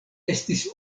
estis